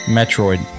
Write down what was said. Metroid